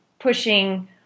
Pushing